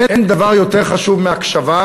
אין דבר יותר חשוב מהקשבה.